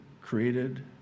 created